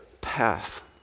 path